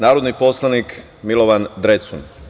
Narodni poslan poslanik Milovan Drecun.